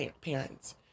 parents